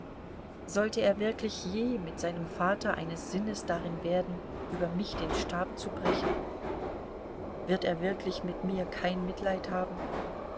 sollte er wirklich je mit seinem vater eines sinnes darin werden über mich den stab zu brechen wird er wirklich mit mir kein mitleid haben